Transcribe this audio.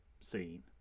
scene